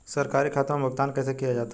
सरकारी खातों में भुगतान कैसे किया जाता है?